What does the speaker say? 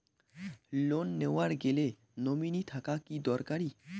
Loan নেওয়ার গেলে nominee থাকা কি দরকারী?